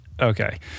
okay